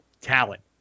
talent